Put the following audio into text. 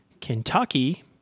Kentucky